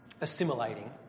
assimilating